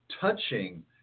touching